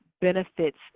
benefits